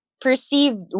perceived